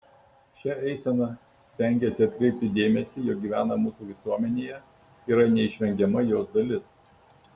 šia eisena stengiasi atkreipti dėmesį jog gyvena mūsų visuomenėje yra neišvengiama jos dalis